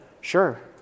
sure